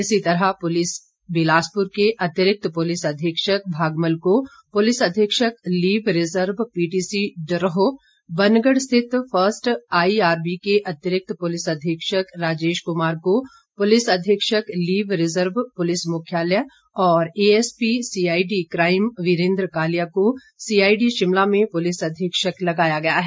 इसी तरह बिलासपुर के अतिरिक्त पुलिस अधीक्षक भागमल को पुलिस अधीक्षक leave reserve PTC Daroh Banagarh स्थित फर्स्ट आई आर बी के अतिरिक्त पुलिस अधीक्षक राजेश कुमार को पुलिस अधीक्षक लीव रिर्जव पुलिस मुख्यालय और ASP CID crime Virendra Kalia को सीआईडी शिमला में पुलिस अधीक्षक लगाया गया है